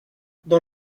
dans